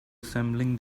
assembling